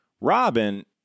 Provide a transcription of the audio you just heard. Robin